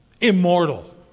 Immortal